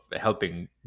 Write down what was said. helping